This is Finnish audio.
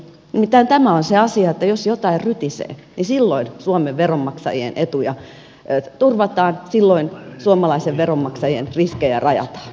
nimittäin tämä on se asia että jos jotain rytisee niin silloin suomen veronmaksajien etuja turvataan silloin suomalaisten veronmaksajien riskejä rajataan